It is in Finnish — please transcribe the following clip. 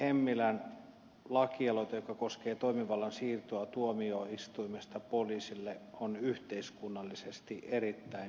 hemmilän lakialoite joka koskee toimivallan siirtoa tuomioistuimesta poliisille on yhteiskunnallisesti erittäin merkittävä